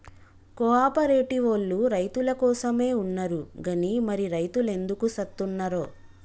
కో ఆపరేటివోల్లు రైతులకోసమే ఉన్నరు గని మరి రైతులెందుకు సత్తున్నరో